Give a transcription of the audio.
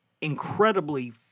incredibly